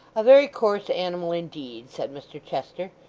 a very coarse animal, indeed said mr chester,